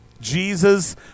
Jesus